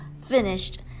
finished